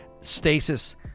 Stasis